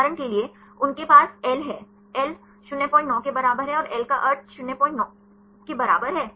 उदाहरण के लिए उनके पास L है L 09 के बराबर है और L का अर्थ 09 के बराबर है